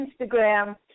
instagram